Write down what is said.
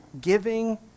giving